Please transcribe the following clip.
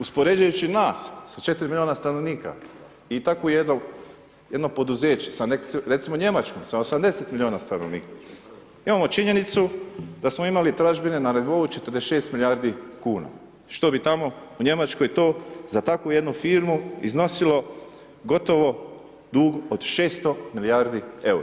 Uspoređujući nas sa 4 milijuna stanovnika i takvo jedno poduzeće sa recimo Njemačkom, sa 80 milijuna stanovnika, imamo činjenicu da smo imali tražbine na nivou 46 milijardi kuna, što bi tamo u Njemačkoj to za takvu jednu firmu iznosilo gotovo dug od 600 milijardi eura.